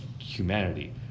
humanity